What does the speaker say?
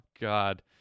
God